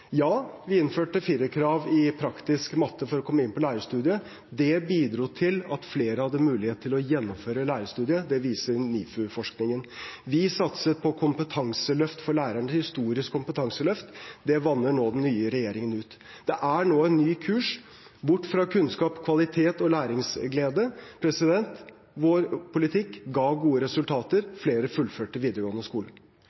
lærerstudiet. Det bidro til at flere hadde mulighet til å gjennomføre lærerstudiet. Det viser NIFU-forskning, Nordisk institutt for studier av innovasjon, forskning og utdanning. Vi satset på et historisk kompetanseløft for lærerne. Det vanner nå den nye regjeringen ut. Det er nå en ny kurs – bort fra kunnskap, kvalitet og læringsglede. Vår politikk ga gode